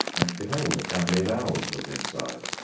and behold! a family of owls was inside.